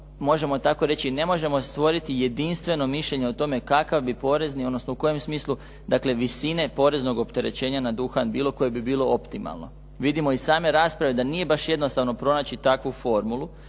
možemo tako reći ne možemo stvoriti jedinstveno mišljenje kakav bi porezni, odnosno u kojem smislu, dakle visine poreznog opterećenja na duhan bilo koje bi bilo optimalno. Vidimo iz same rasprave da nije baš jednostavno pronaći takvu formulu,